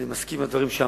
אני מסכים עם הדברים שאמרת.